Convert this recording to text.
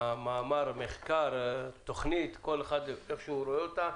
המאמר או מחקר או תוכנית כל אחד איך שהוא רואה אותה.